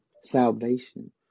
salvation